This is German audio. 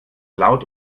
laut